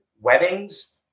weddings